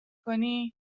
کنی